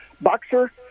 boxer